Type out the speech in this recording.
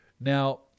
Now